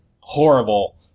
horrible